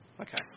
Okay